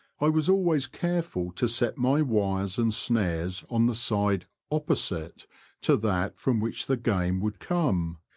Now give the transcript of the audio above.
i was always careful to set my wires and snares on the side opposite to that from which the game would come,